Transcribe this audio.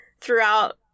throughout